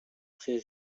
très